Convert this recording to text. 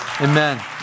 Amen